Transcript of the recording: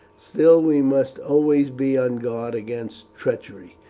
still, we must always be on guard against treachery.